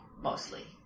mostly